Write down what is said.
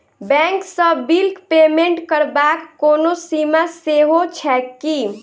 Bank सँ बिलक payment करबाक कोनो सीमा सेहो छैक की?